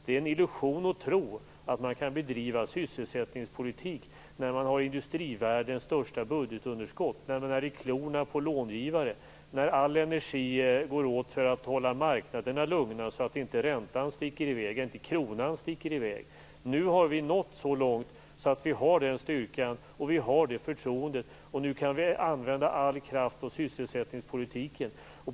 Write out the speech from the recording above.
Det är en illusion att tro att man kan bedriva sysselsättningspolitik när man har industrivärldens största budgetunderskott, när man är i klorna på långivare och när all energi går åt till att hålla marknaderna lugna, så att inte räntan och kronan sticker iväg. Nu har vi nått så långt att vi har den här styrkan och det här förtroendet. Nu kan vi använda all kraft åt sysselsättningspolitiken.